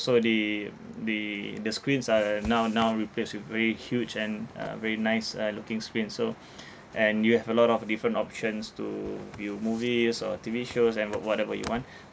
they they the screens are now now replaced with very huge and uh very nice uh looking screen so and you have a lot of different options to view movies or T_V shows and what~ whatever you want